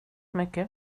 mycket